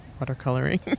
watercoloring